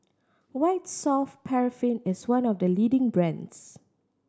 White Soft Paraffin is one of the leading brands